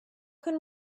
can